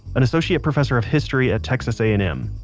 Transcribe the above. an associate professor of history at texas a and m.